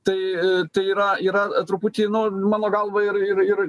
tai tai yra yra truputį nu mano galva ir ir ir